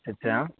ਅੱਛਾ